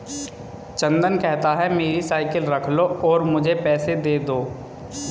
चंदन कहता है, मेरी साइकिल रख लो और मुझे पैसे दे दो